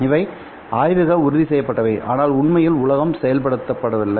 இவை ஆய்வக உறுதிசெய்யப்பட்ட வை ஆனால் உண்மையில் உலகம் செயல்படுத்தப்படவில்லை